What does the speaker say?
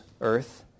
earth